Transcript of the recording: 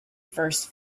first